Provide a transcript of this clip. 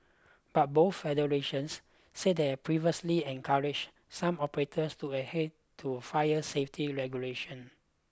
but both federations said they had previously encouraged some operators to adhere to fire safety regulation